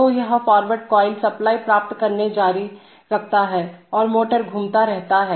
तो यह forward coil supply प्राप्त करना जारी रखता है और मोटर घूमता रहता है